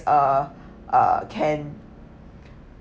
uh uh can